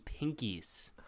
Pinkies